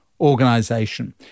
organization